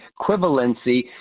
equivalency